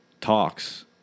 talks